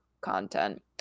content